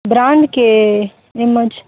brand કે એમ જ